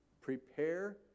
prepare